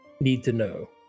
need-to-know